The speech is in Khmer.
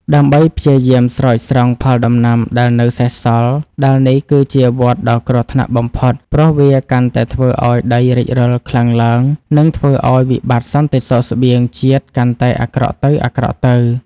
ដើម្បីព្យាយាមស្រោចស្រង់ផលដំណាំដែលនៅសេសសល់ ដែលនេះគឺជាវដ្តដ៏គ្រោះថ្នាក់បំផុត ព្រោះវាកាន់តែធ្វើឱ្យដីរិចរឹលខ្លាំងឡើង និងធ្វើឱ្យវិបត្តិសន្តិសុខស្បៀងជាតិកាន់តែអាក្រក់ទៅៗ។